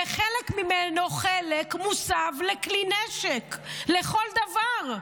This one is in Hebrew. וחלק ממנו מוסב לכלי נשק לכל דבר.